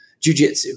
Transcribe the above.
jujitsu